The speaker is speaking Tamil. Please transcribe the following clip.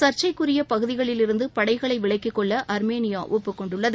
ள்ச்சைக்குரிய பகுதிகளிலிருந்து படைகளை விலக்கிக் கொள்ள ஒப்புக் கொண்டுள்ளது